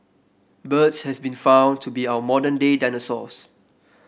birds has been found to be our modern day dinosaurs